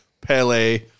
Pele